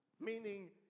Meaning